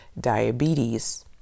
diabetes